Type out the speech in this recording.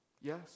Yes